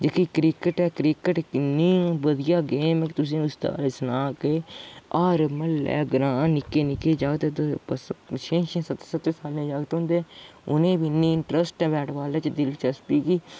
जेह्का cricket cricket इक इन्नी बधिया गेम ऐ तुसें गी इसदा सनां केह् हर म्ह्ल्लै ग्रां निक्के निक्के जागत छें छें सत्तें सत्तें सालें दे जागत होंदे उ'नें बी इन्ना इंट्रैस्ट ऐ बैट बाॅल च दिलचस्पी कि